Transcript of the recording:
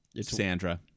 Sandra